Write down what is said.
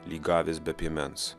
lyg avys be piemens